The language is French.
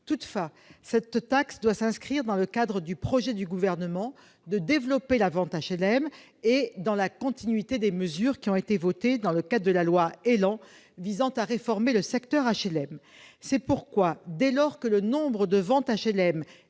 Toutefois, cette taxe doit s'inscrire dans le cadre du projet gouvernemental de développement des ventes de logements HLM et dans la continuité des mesures votées dans la loi ÉLAN visant à réformer le secteur HLM. C'est pourquoi, dès lors que le nombre de ventes de